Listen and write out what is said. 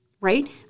Right